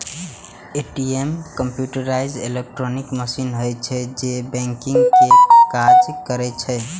ATM computerised electronic machine होइ छै, जे बैंकिंग के काज करै छै